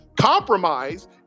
Compromise